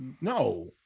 No